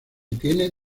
tiene